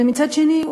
ומצד שני,